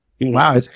wow